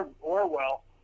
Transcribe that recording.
Orwell